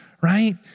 right